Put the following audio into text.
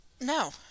No